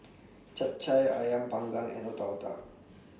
Chap Chai Ayam Panggang and Otak Otak